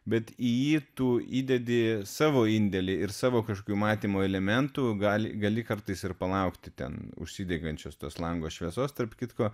bet į jį tu įdedi savo indėlį ir savo kažkokių matymo elementų gali gali kartais ir palaukti ten užsidegančios tas lango šviesos tarp kitko